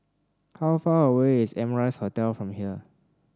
how far away is Amrise Hotel from here